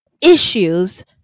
issues